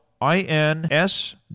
I-N-S